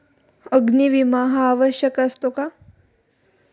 अग्नी विमा हा आवश्यक असतो का?